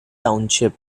township